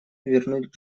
вернуть